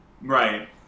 Right